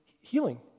healing